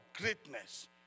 greatness